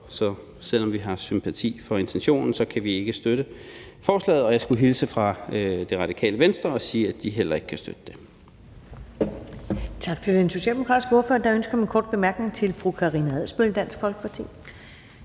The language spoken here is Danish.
Så selv om vi har sympati for intentionen, kan vi ikke støtte forslaget. Og jeg skulle hilse fra Radikale Venstre og sige, at de heller ikke kan støtte det.